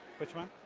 which one?